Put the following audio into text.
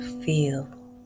feel